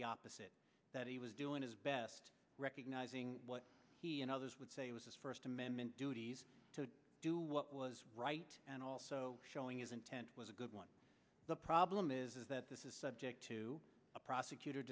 the opposite that he was doing his best recognizing what he and others would say was his first amendment duties to do what was right and also showing his intent was a good one the problem is that this is subject to a prosecutor